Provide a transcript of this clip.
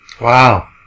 Wow